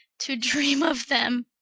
to dream of them!